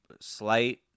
slight